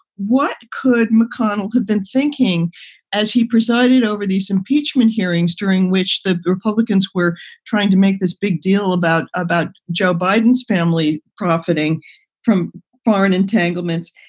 what could mcconnell have been thinking as he presided over these impeachment hearings during which the republicans were trying to make this big deal about about joe biden's family profiting from foreign entanglements?